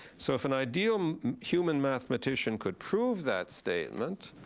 so if an ideal human mathematician could prove that statement,